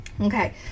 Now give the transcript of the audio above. Okay